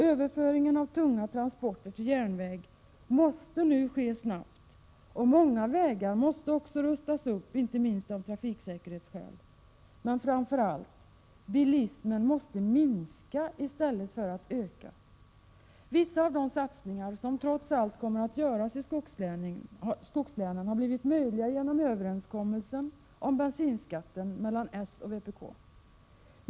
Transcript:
Överföringen av tunga transporter till järnväg måste nu ske snabbt, och många vägar måste också rustas upp, inte minst av trafiksäkerhetsskäl. Men framför allt: Bilismen måste minska i stället för att öka. Vissa av de satsningar som trots allt kommer att göras i skogslänen har blivit möjliga genom överenskommelsen mellan s och vpk om bensinskatten.